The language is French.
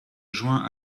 joint